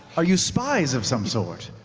are you spies of some sort?